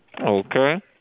Okay